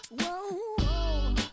Whoa